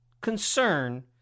concern